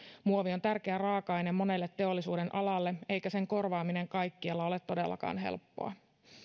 muovi on tärkeä raaka aine monelle teollisuudenalalle eikä sen korvaaminen kaikkialla ole todellakaan helppoa